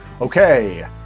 Okay